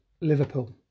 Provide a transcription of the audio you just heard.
Liverpool